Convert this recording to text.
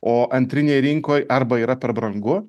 o antrinėj rinkoj arba yra per brangu